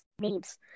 names